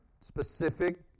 specific